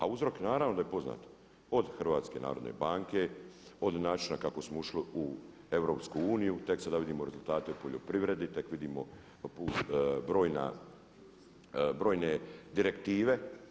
A uzrok naravno da je poznat, od HNB-a od načina kako smo ušli u EU, tek sada vidimo rezultate u poljoprivredi, vidimo brojne direktive.